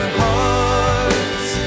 hearts